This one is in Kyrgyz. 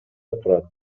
турат